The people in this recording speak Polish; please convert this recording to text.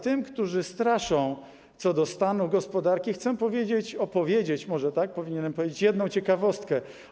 Tym, którzy straszą co do stanu gospodarki, chcę powiedzieć, opowiedzieć - może tak powinienem powiedzieć - jedną ciekawostkę.